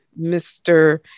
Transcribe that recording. Mr